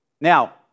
Now